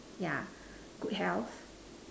yeah good health